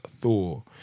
Thor